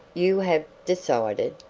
you have decided?